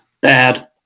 Bad